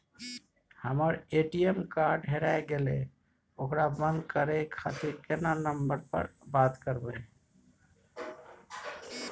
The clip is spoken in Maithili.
हमर ए.टी.एम कार्ड हेराय गेले ओकरा बंद करे खातिर केना नंबर पर बात करबे?